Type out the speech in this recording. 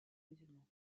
musulmans